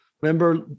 Remember